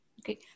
Okay